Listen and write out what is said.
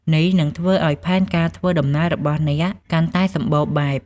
នេះនឹងធ្វើឱ្យផែនការធ្វើដំណើររបស់អ្នកកាន់តែសម្បូរបែប។